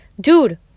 Dude